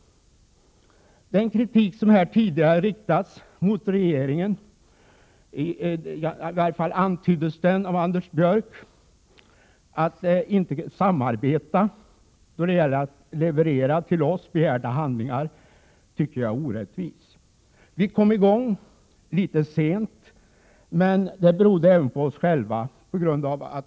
Den kritik som här tidigare har riktats mot regeringen — den antyddes i varje fall av Anders Björck — för bristande samarbete när det gäller att leverera begärda handlingar till oss tycker jag är orättvis. Vi kom i gång litet sent, men det berodde även på oss själva.